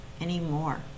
anymore